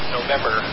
November